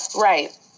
Right